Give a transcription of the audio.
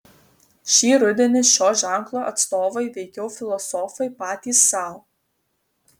šį rudenį šio ženklo atstovai veikiau filosofai patys sau